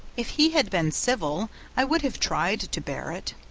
if he had been civil i would have tried to bear it.